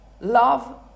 Love